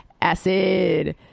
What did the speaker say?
Acid